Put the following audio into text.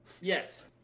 Yes